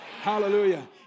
Hallelujah